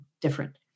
different